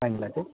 नानीलाई चाहिँ